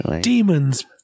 Demons